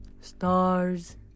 Stars